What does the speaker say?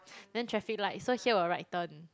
then traffic light so here will right turn